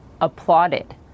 applauded